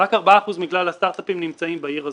רק 4% מכלל הסטרטאפים נמצאים בעיר הזאת.